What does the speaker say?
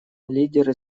лидеры